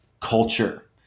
culture